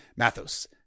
Mathos